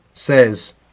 says